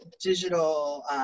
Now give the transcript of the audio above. digital